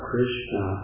Krishna